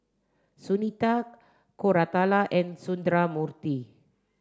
Sunita Koratala and Sundramoorthy